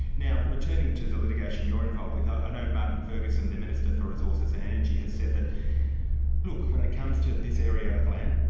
now we're turning to the litigation you're involved with, i know martin ferguson, the minister for resources and energy, has said that look, when it comes to this area of land,